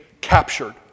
captured